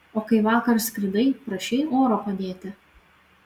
o kai vakar skridai prašei oro padėti